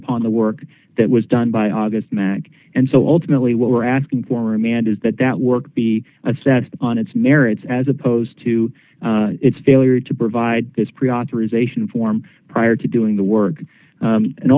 upon the work that was done by august mack and so ultimately what we're asking for amanda is that that work be assessed on its merits as opposed to its failure to provide this pre authorization form prior to doing the work